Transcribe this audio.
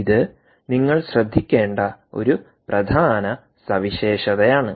ഇത് നിങ്ങൾ ശ്രദ്ധിക്കേണ്ട ഒരു പ്രധാന സവിശേഷതയാണ്